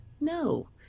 No